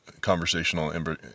Conversational